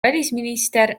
välisminister